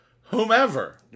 whomever